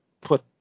put